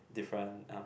different um